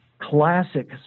classic